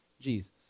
Jesus